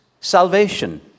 salvation